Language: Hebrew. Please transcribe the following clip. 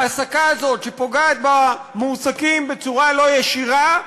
ההעסקה הזאת, שפוגעת במועסקים בצורה לא ישירה,